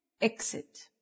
Exit